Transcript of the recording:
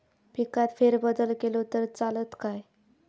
पिकात फेरबदल केलो तर चालत काय?